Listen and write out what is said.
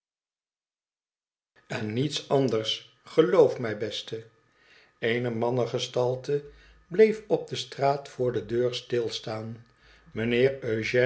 n niets anders geloof mij beste enc mannengestalte bleef op de straat voor de deur stilstaan